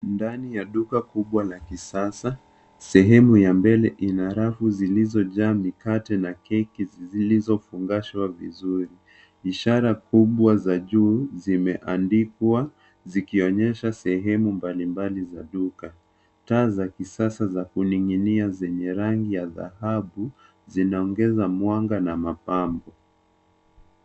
Ndani ya duka kubwa la kisasa, sehemu ya mbele inarafu zilizojaa mikate na keki zilizofungashwa vizuri. Ishara kubwa za juu zimeandikwa zikionyesha sehemu mbalimbali za duka. Taa za kisasa za kuning'inia zenye rangi ya dhahabu zinaongeza mwanga na mapambo.